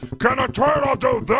kind of a turtle do